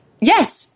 yes